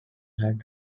had